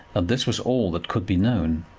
and this was all that could be known.